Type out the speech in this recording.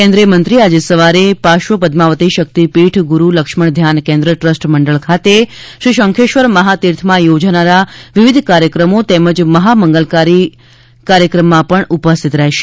કેન્દ્રિય મંત્રી આજે સવારે પાર્શ્વ પદ્માવતી શક્તિ પીઠ ગુરુ લક્ષ્મણ ધ્યાન કેન્દ્ર ટ્રસ્ટ મંડલ ખાતે શ્રી શંખેશ્વર મહાતીર્થમાં યોજનારા વિવિદ કાર્યક્રમો તેમજ મહામંગલકારી મહામાંગલિ કાર્યક્રમમાં ઉપસ્થિત રહેશે